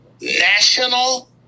National